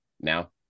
now